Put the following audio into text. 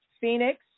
Phoenix